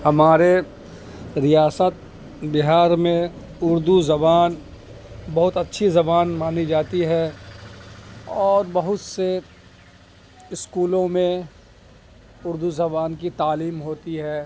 ہمارے ریاست بہار میں اردو زبان بہت اچھی زبان مانی جاتی ہے اور بہت سے اسکولوں میں اردو زبان کی تعلیم ہوتی ہے